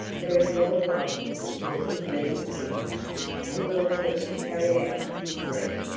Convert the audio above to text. there is more likelihood that he means business and will attempt to carry out his threat.